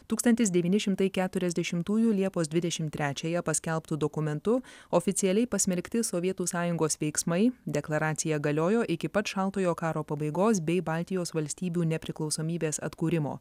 tūkstantis devyni šimtai keturiasdešimtųjų liepos dvidešim trečiąją paskelbtu dokumentu oficialiai pasmerkti sovietų sąjungos veiksmai deklaracija galiojo iki pat šaltojo karo pabaigos bei baltijos valstybių nepriklausomybės atkūrimo